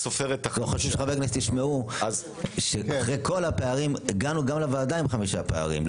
שחברי הכנסת ישמעו אחרי כל הפערים הגענו גם לוועדה עם חמישה פערים,